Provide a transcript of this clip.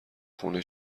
خونه